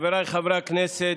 חבריי חברי הכנסת,